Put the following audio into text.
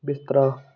ਬਿਸਤਰਾ